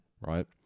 right